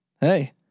hey